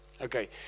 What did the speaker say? Okay